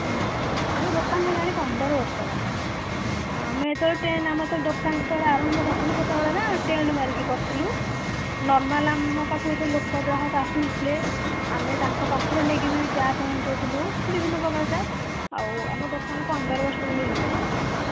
ନାହିଁ ଆମ ଦୋକାନ ହେଲାଣି ପନ୍ଦର ବର୍ଷର ଆମେ ଆମର ତ ଦୋକାନ ଯେତେବେଳେ ଆରମ୍ଭ କରିଥିଲୁ ସେତେବେଳେ ନା ଟେଣ୍ଟ ମାରିକି କରିଥିଲୁ ନର୍ମାଲ ଆମ ମୋ ପାଖକୁ ଯେତେବେଳେ ଲୋକ ଗ୍ରାହକ ଆସୁନଥିଲେ ଆମେ ତାଙ୍କ ପାଖରେ ନେଇକି ବି ଚା' ପହଞ୍ଚାଉଥିଲୁ ବିଭିନ୍ନ ପ୍ରକାର ଚା' ଆଉ ଆମ ଦୋକାନ ପନ୍ଦର ବର୍ଷର ବି ହେଲାଣି